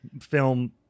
film